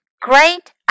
Great